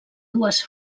dues